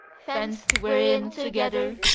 fenced wherein together,